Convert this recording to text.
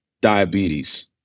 diabetes